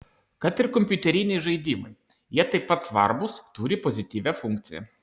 kad ir kompiuteriniai žaidimai jie taip pat svarbūs turi pozityvią funkciją